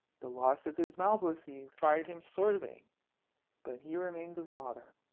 the loss of his malvoisie tried him sorely but he remains a father.